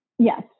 Yes